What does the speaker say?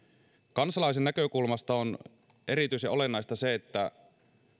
kansalaisen näkökulmasta on erityisen olennaista se että